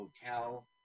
hotel